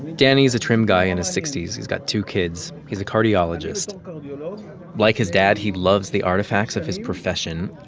danny is a trim guy in his sixty s. he's got two kids. he's a cardiologist. you know like his dad, he loves the artifacts of his profession.